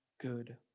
good